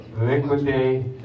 liquidate